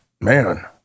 man